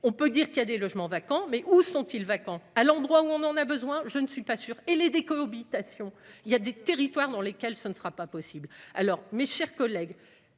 on peut dire qu'il y a des logements vacants, mais où sont-ils vacants à l'endroit où on en a besoin, je ne suis pas sûr et les décohabitation il y a des territoires dans lesquels ce ne sera pas possible alors, mes chers collègues,